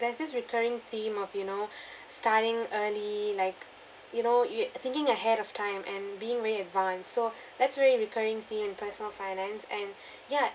there's this recurring theme of you know starting early like you know you thinking ahead of time and being very advance so that's very recurring theme in personal finance and ya